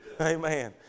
Amen